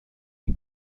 این